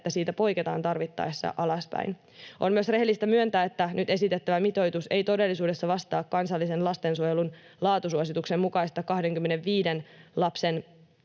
että siitä poiketaan tarvittaessa alaspäin. On myös rehellistä myöntää, että nyt esitettävä mitoitus ei todellisuudessa vastaa kansallisen lastensuojelun laatusuosituksen mukaista 25 lapsen